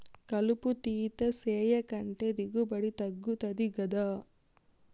కలుపు తీత సేయకంటే దిగుబడి తగ్గుతది గదా